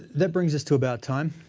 that brings us to about time.